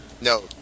No